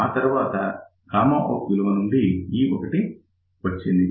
ఆ తర్వాత out విలువ నుండి ఈ 1 వచ్చింది